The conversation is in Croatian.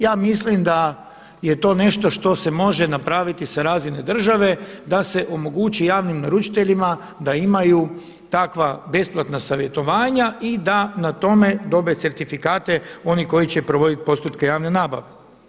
Ja mislim da je to nešto što se može napraviti sa razine države, da se omogući javnim naručiteljima da imaju takva besplatna savjetovanja i da na tome dobe certifikate oni koji će provoditi postupke javne nabave.